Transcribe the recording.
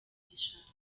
gishanga